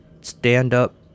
stand-up